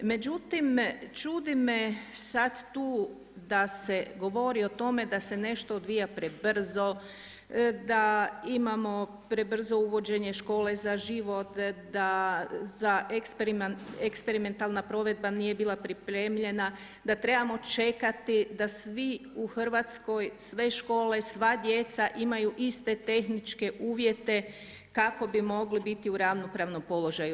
Međutim, čudi me sada tu da se govori o tome, da se nešto odvija prebrzo, da imamo prebrzo uvođenje škole za život, da za eksperimentalna provedba nije bila pripremljena, da trebamo čekati, da svi u Hrvatskoj, sve škole, sva djeca imaju iste tehničke uvjete kako bi mogli biti u ravnopravnom položaju.